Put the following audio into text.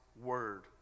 word